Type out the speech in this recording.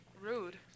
Rude